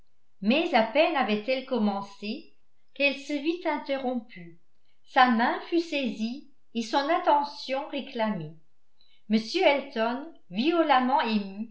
mais à peine avait-elle commencé qu'elle se vit interrompue sa main fut saisie et son attention réclamée m elton violemment ému